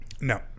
No